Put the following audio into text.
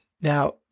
Now